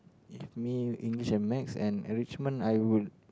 if me English and maths and enrichment I would